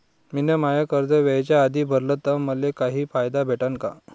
मिन माय कर्ज वेळेच्या आधी भरल तर मले काही फायदा भेटन का?